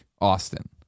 Austin